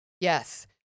Yes